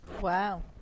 Wow